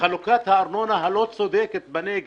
חלוקת הארנונה הלא צודקת בנגב.